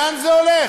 לאן זה הולך?